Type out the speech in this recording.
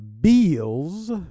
beals